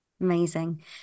amazing